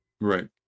Right